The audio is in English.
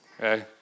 okay